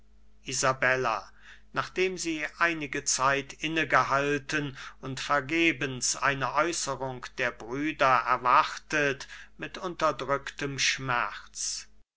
isabella nachdem sie einige zeit innegehalten und vergebens eine äußerung der brüder erwartet mit unterdrücktem schmerz